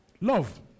Love